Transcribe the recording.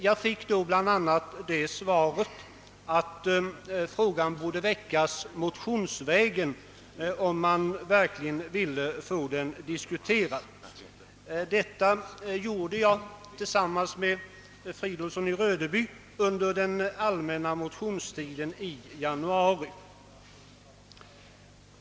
Jag fick emellertid bl.a. det svaret att frågan borde väckas motionsvägen, om man verkligen ville få den diskuterad. Jag avlämnade också en sådan motion tillsammans med herr Fridolfsson i Rödeby under den allmänna motionstiden i januari.